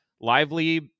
lively